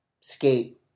skate